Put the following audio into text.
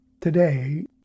Today